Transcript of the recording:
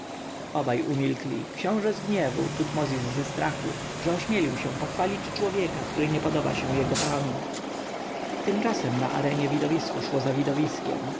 obaj umilkli książę z gniewu tutmozis ze strachu że ośmielił się pochwalić człowieka który nie podoba się jego panu tymczasem na arenie widowisko szło za widowiskiem